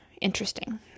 interesting